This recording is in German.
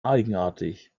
eigenartig